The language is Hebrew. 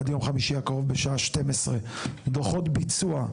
עד ליום חמישי הקרוב בשעה 12:00 דוחות ביצוע,